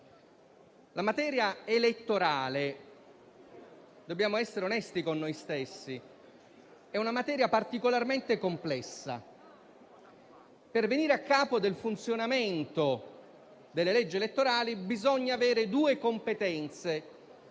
onorevoli colleghi, dobbiamo essere onesti con noi stessi: la materia elettorale è particolarmente complessa. Per venire a capo del funzionamento delle leggi elettorali bisogna avere due competenze,